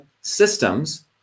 systems